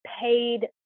paid